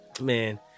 man